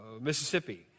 Mississippi